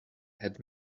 had